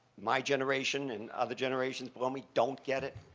my generation and other generations below me don't get it.